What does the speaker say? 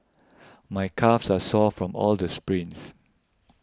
my calves are sore from all the sprints